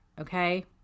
okay